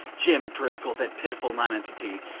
jim driscoll that pitiful nonentity,